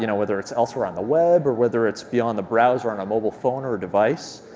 you know whether it's elsewhere on the web, or whether it's beyond the browser on a mobile phone or a device.